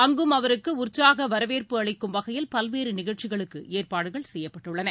அங்கும் அவருக்கு உற்சாக வரவேற்பு அளிக்கும் வகையில் பல்வேறு நிகழ்ச்சிகளுக்கு ஏற்பாடுகள் செய்யப்பட்டுள்ளன